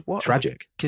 tragic